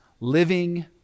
living